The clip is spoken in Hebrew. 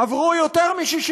עברו יותר מ-60,